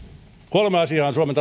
kolme asiaa on suomen